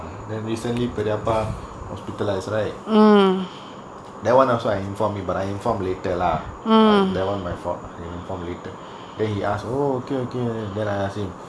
then recently பெரியப்பா:periyappa hospitalised right that [one] also I informed me but I informed later ah that [one] my fault I inform later from later then he ask oh okay okay then I ask him